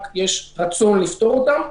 רק אם יש רצון לפתור אותן.